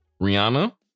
Rihanna